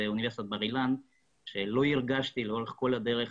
אוניברסיטת בר אילן שלא הרגשתי לאורך כל הדרך